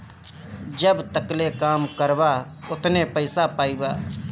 जब तकले काम करबा ओतने पइसा पइबा